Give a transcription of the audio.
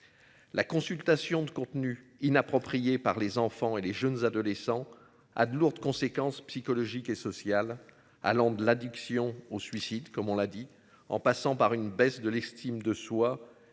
La consultation de contenus inappropriés par les enfants et les jeunes adolescents à de lourdes conséquences psychologiques et sociales allant de l'addiction au suicide comme on l'a dit, en passant par une baisse de l'estime de soi.